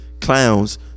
clowns